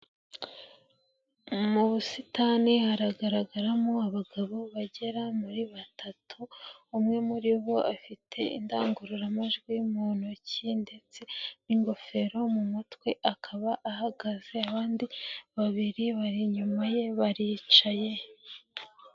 Mu busitani haragaragaramo abagabo bagera muri batatu, umwe muri bo afite indangururamajwi mu ntoki ndetse n'ingofero mu mutwe akaba ahagaze abandi babiri bari inyuma ye baricaye.